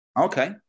Okay